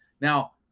Now